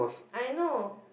I know